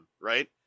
right